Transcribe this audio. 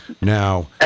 Now